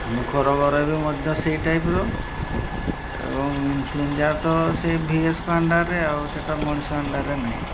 ର ଘର ବି ମଧ୍ୟ ସେଇ ଟାଇପ୍ର ଏବଂ ଇନଫ୍ଲୁଏଞ୍ଜା ତ ସେ ଭିଏସ୍କ ଅଣ୍ଡାରେ ଆଉ ସେଇଟା ମଣିଷ ଅଣ୍ଡାରେ ନାହିଁ